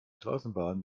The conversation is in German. straßenbahn